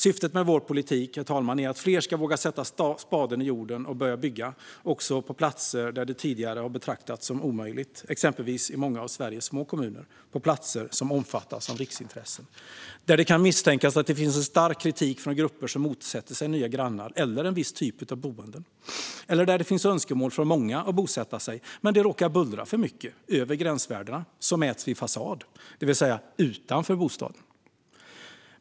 Syftet med vår politik är att fler ska våga sätta spaden i jorden och börja bygga, också på platser där det tidigare har betraktats som omöjligt, exempelvis i många av Sveriges små kommuner på platser som omfattas av riksintressen där det kan misstänkas att det finns en stark kritik från grupper som motsätter sig nya grannar eller en viss typ av boenden eller där det finns önskemål från många att bosätta sig men där det råkar bullra för mycket - över gränsvärdena som mäts vid fasad, det vill säga utanför bostaden.